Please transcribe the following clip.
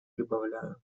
прибавляю